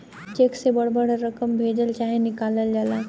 check से बड़ बड़ रकम भेजल चाहे निकालल जाला